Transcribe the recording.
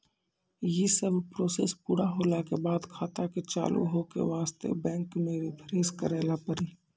यी सब प्रोसेस पुरा होला के बाद खाता के चालू हो के वास्ते बैंक मे रिफ्रेश करैला पड़ी?